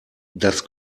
das